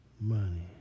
Money